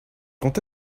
quand